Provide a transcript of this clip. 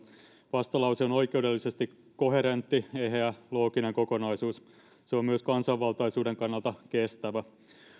vastalause on oikeudellisesti koherentti eheä looginen kokonaisuus se on myös kansanvaltaisuuden kannalta kestävä